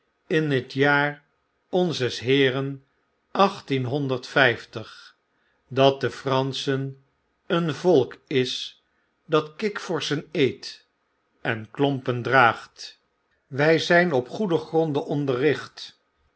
in het jaar onzes heeren achttienhonderd vijftig dat de franschen een volk is dat kikvorschen eet en klompen draagt wij zijn op goede gronden